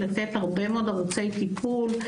מנסים לתת הרבה מאוד ערוצי טיפול,